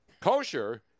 Kosher